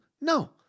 no